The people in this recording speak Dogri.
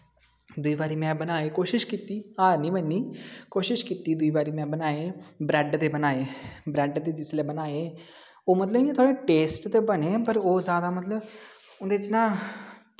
दूई बारी में बनाए कोशिश कीती हार नी मन्नी कोशिश कीती दुई बारी में बनाए ब्रैड दे बनाए ब्रैड दे जिसलै बनाए ओह् मतलव इयां थोह्ड़े टेस्ट दा बने पर ओह् जादा मतलव उंदे च ना